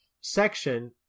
section